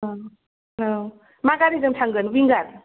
औ मा गारिजों थांगोन विंगार